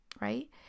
right